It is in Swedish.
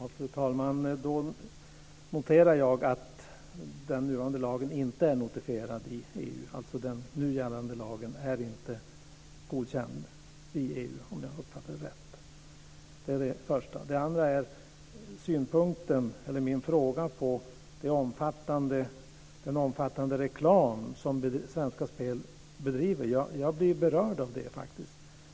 Fru talman! Jag noterar att den nuvarande lagen inte är notifierad i EU. Den nu gällande lagen är inte godkänd i EU, om jag har uppfattat det rätt. Min andra fråga gällde den omfattande reklam som Svenska Spel bedriver. Jag blir berörd av den.